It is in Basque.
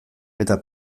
eta